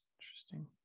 Interesting